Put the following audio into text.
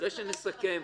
אחרי שנסכם.